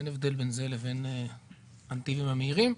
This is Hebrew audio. אין הבדל בין זה לבין הנתיבים המהירים.